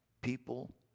People